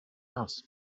house